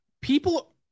People